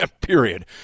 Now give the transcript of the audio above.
period